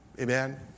Amen